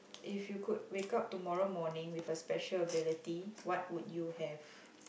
if you could wake up tomorrow morning with a special ability what would you have